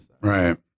Right